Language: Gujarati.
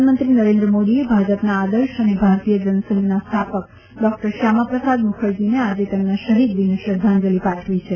પ્રધાનમંત્રી નરેન્દ્ર મોદીએ ભાજપના આદર્શ અને ભારતીય જનસંઘના સ્થાપક ડોકટર શ્યામાપ્રસાદ મુખર્જીને આજે તેમના શહિદ દિને શ્રદ્ધાંજલિ પાઠવી છે